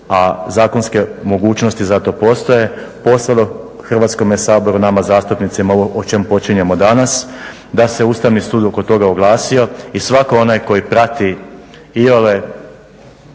a zakonske mogućnosti za to postoje, posebno Hrvatskom saboru, nama zastupnicima o čem počinjemo danas, da se Ustavni sud oko toga oglasio i svako onaj koji prati iole